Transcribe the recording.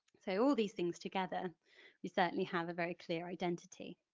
so all these things together we certainly have a very clear identity.